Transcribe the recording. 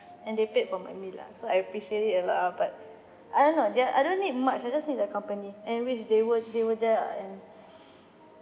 and they paid for my meal lah] so I appreciate it a lot ah but I don't know they're I don't need much I just need the company and which they were they were there ah and